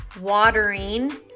watering